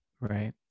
right